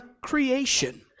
creation